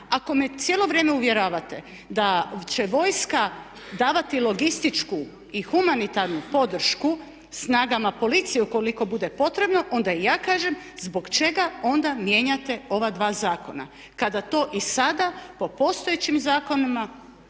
ako me cijelo vrijeme uvjeravate da će vojska davati logističku i humanitarnu podršku snagama policije ukoliko bude potrebno onda i ja kažem zbog čega onda mijenjate ova dva zakona kada to i sada po postojećim zakonima